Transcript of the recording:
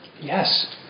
Yes